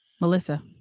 Melissa